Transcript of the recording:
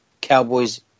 Cowboys